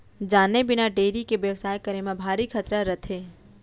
जाने बिना डेयरी के बेवसाय करे म भारी खतरा रथे